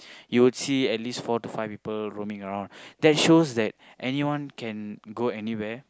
you will see at least four to five people roaming around that shows that anyone can go anywhere